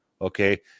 Okay